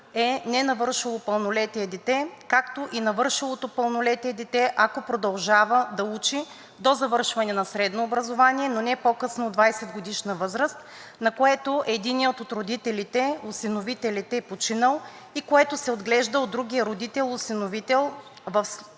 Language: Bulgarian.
е ненавършило пълнолетие дете, както и навършилото пълнолетие дете, ако продължава да учи, до завършване на средно образование, но не по-късно от 20-годишна възраст, на което единият от родителите/осиновителите е починал и което се отглежда от другия родител/осиновител, в случай